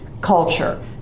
culture